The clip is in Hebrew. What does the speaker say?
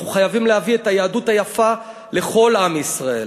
אנחנו חייבים להביא את היהדות היפה לכל עם ישראל.